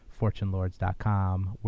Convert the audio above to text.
fortunelords.com